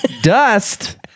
dust